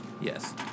Yes